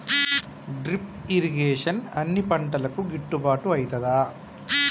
Drip irrigation అన్ని పంటలకు గిట్టుబాటు ఐతదా?